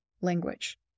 language